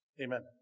Amen